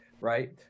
right